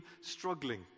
struggling